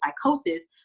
psychosis